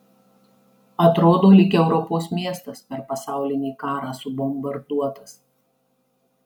atrodo lyg europos miestas per pasaulinį karą subombarduotas